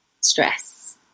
stress